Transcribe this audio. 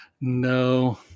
No